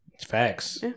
Facts